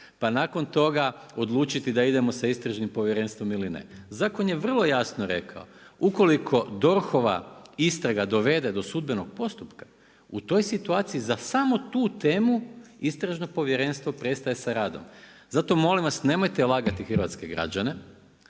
pa nakon toga odlučiti da idemo sa istražnim povjerenstvom ili ne. Zakon je vrlo jasno rekao, ukoliko DORH-ova istraga dovede do sudbenog postupka u toj situaciji za samo tu temu istražno povjerenstvo prestaje sa radom. Zato molim vas nemojte lagati hrvatske građane,